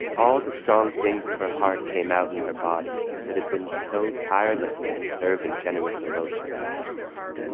all the strong things. her heart came out in her body that had been so tireless in serving generous emotions